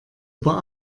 über